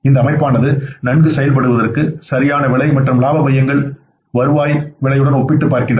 இந்த அமைப்பானது நன்கு செயல்படுவதற்கு சரியான விலை மற்றும் இலாப மையங்கள் வருவாயை விலையுடன் ஒப்பிடுகின்றன